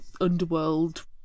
underworld